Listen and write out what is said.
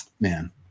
man